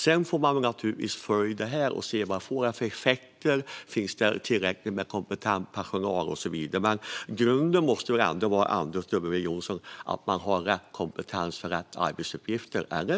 Sedan får vi naturligtvis följa frågan och se vad lagen får för effekter, om det finns tillräckligt med kompetent personal och så vidare. Grunden måste väl ändå vara, Anders W Jonsson, att det finns rätt kompetens för rätt arbetsuppgifter?